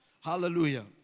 Hallelujah